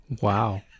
Wow